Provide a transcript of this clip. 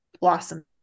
Blossom